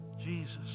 Jesus